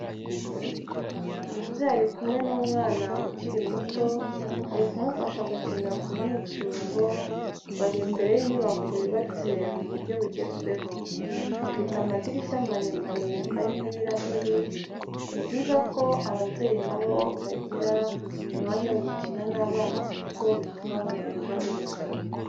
Umubyeyi ari kumwe n'umwana ukiri muto ari kumufasha gukinira ku mwicungo, bari imbere y'inyubako yubatse mu buryo bugezweho, ifite amadirishya maremare arimo ibirahuri. Ni byiza ko ababyeyi na bo bagira umwanya wo gukina n'abana kuko bituma bamererwa neza.